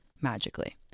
magically